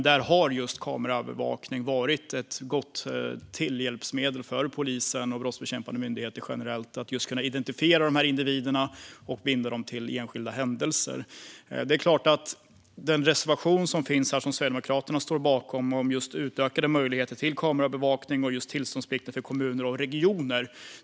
Där har just kameraövervakning varit ett gott hjälpmedel för polisen och brottsbekämpande myndigheter generellt för att kunna identifiera de här individerna och binda dem till enskilda händelser. Sverigedemokraterna står bakom reservationer om ökade möjligheter till kamerabevakning och tillståndsplikten för kommuner och regioner.